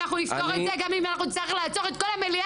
אנחנו נסגור את זה גם אם אנחנו נצטרך לעצור את כל המליאה.